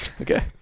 Okay